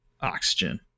oxygen